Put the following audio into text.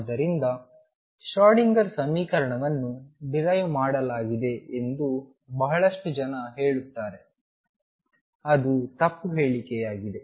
ಆದ್ದರಿಂದ ಶ್ರೊಡಿಂಗರ್Schrödinger ಸಮೀಕರಣವನ್ನು ಡಿರೈವ್ ಮಾಡಲಾಗಿದೆ ಎಂದು ಬಹಳಷ್ಟು ಜನರು ಹೇಳುತ್ತಾರೆ ಅದು ತಪ್ಪು ಹೇಳಿಕೆಯಾಗಿದೆ